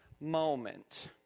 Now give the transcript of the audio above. moment